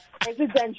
presidential